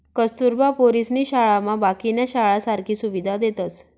कस्तुरबा पोरीसनी शाळामा बाकीन्या शाळासारखी सुविधा देतस